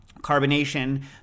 carbonation